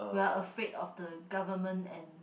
we are afraid of the government and